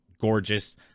gorgeous